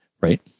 right